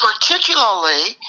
particularly